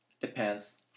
Depends